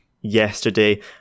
Yesterday